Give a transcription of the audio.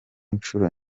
inshuro